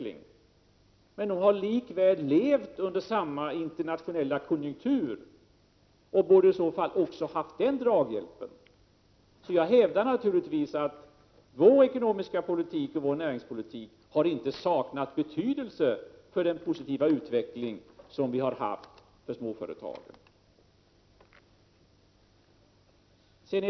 1987/88:34 Men de har likväl levt under samma internationella konjunktur och bordeiså 30 november 1987 fall också ha haft den draghjälpen. Jag hävdar naturligtvis att vår ekonomiska — J--raommmäes noen: politik och näringspolitik inte har saknat betydelse för den positiva utveckling som vi har haft för småföretagen.